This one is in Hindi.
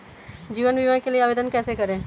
जीवन बीमा के लिए आवेदन कैसे करें?